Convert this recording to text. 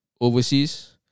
overseas